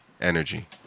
Energy